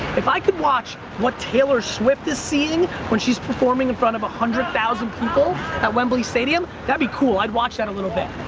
if i could watch what taylor swift is seeing when she's performing in front of a hundred thousand people at wembly stadium, that'd be cool, i'd watch that a little bit,